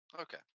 Okay